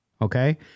Okay